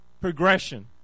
progression